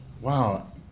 Wow